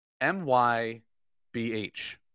M-Y-B-H